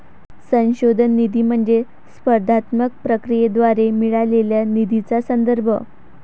संशोधन निधी म्हणजे स्पर्धात्मक प्रक्रियेद्वारे मिळालेल्या निधीचा संदर्भ